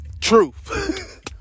Truth